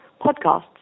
podcasts